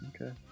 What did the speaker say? Okay